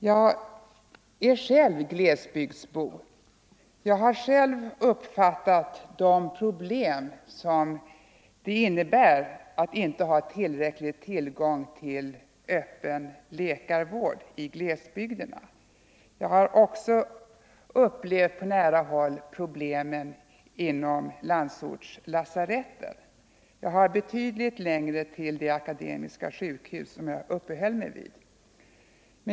Jag är själv glesbygdsbo, jag har själv mött de problem som det innebär att 13 inte ha tillräcklig tillgång till öppen läkarvård i glesbygderna. Jag har också på nära håll upplevt problemen inom landsortslasaretten; jag har betydligt längre till det akademiska sjukhus som jag talade om.